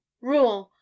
Rouen